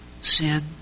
sin